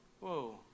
Whoa